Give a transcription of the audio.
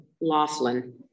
Laughlin